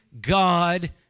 God